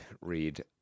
read